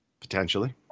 Potentially